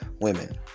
women